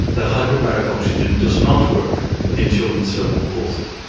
that hyperbaric oxygen does not work in children with cerebral palsy.